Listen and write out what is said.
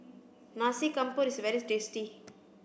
Nasi Campur is very tasty